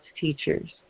teachers